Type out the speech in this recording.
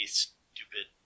stupid